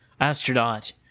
astronaut